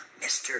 Mr